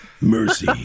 Mercy